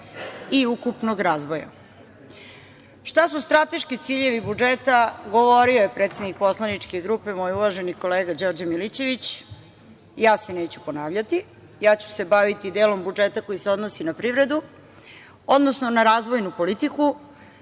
i ukupnog razvoja. Šta su strateški ciljevi budžeta govorio je predsednik poslaničke grupe, moj uvaženi kolega, Đorđe Milićević, ja se neću ponavljati, ja ću se baviti delom budžeta koji se odnosi na privredu, odnosno na razvojnu politiku,